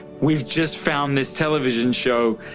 we've just found this television show.